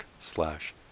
slash